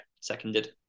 seconded